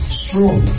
strong